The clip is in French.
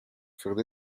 furent